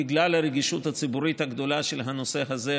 בגלל הרגישות הציבורית הגדולה של הנושא הזה,